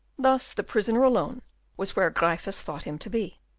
thus the prisoner alone was where gryphus thought him to be.